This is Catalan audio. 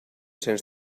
cents